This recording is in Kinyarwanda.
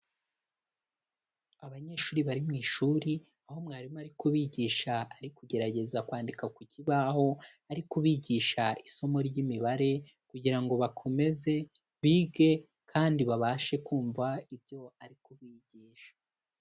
Abanyeshuri bari mu ishuri, aho mwarimu ari kubigisha ari kugerageza kwandika ku kibaho, ari kubigisha isomo ry'imibare kugira ngo bakomeze bige kandi babashe kumva ibyo ari kubigisha.